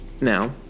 Now